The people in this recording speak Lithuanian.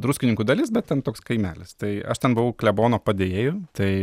druskininkų dalis bet ten toks kaimelis tai aš ten buvau klebono padėjėju tai